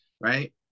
right